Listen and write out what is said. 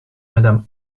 madame